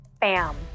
bam